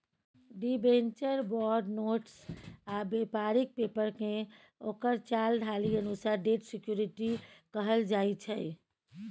debenture, bond, notes आ बेपारिक पेपरकेँ ओकर चाल ढालि अनुसार डेट सिक्युरिटी कहल जाइ छै